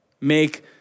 Make